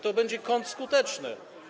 To będzie kontrskuteczne.